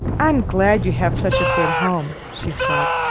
i'm glad you have such a good home, she said.